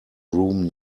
room